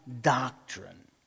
doctrine